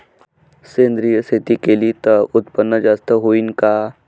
सेंद्रिय शेती केली त उत्पन्न जास्त होईन का?